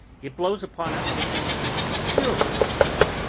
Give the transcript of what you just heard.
it blows upon us with a purer breath,